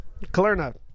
Kalerna